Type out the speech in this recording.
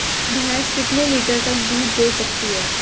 भैंस कितने लीटर तक दूध दे सकती है?